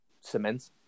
cement